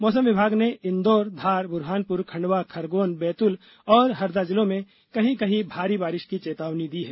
मौसम विभाग ने इंदौर धार बुरहानपुर खंडवा खरगोन बैतूल और हरदा जिलों में कहीं कहीं भारी बारिश की चेतावनी दी है